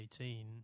2018